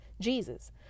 Jesus